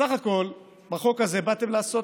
בסך הכול בחוק הזה באתם לעשות